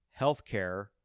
healthcare